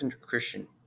Christian